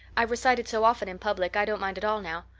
i've recited so often in public i don't mind at all now.